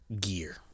gear